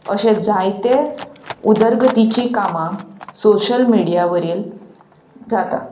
अशे जायते उदरगतीचीं कामां सोशियल मिडिया वरील जाता